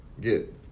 get